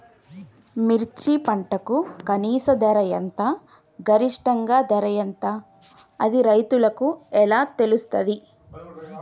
మిర్చి పంటకు కనీస ధర ఎంత గరిష్టంగా ధర ఎంత అది రైతులకు ఎలా తెలుస్తది?